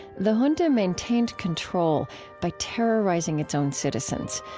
the junta maintained control by terrorizing its own citizens,